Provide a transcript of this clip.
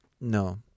No